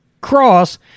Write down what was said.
Cross